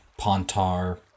pontar